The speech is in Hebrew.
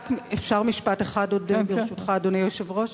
אפשר עוד משפט אחד, ברשותך, אדוני היושב-ראש?